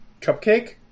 cupcake